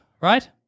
right